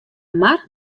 mar